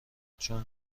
چون